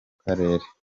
karere